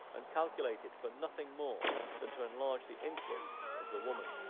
and calculated for nothing more than to enlarge the influence of the woman,